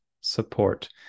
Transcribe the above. support